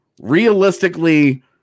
Realistically